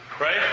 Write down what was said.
right